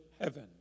heaven